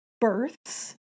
births